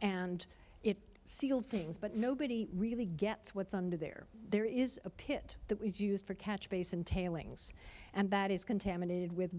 and it sealed things but nobody really gets what's under there there is a pit that was used for catch basin tailings and that is contaminated with